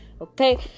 Okay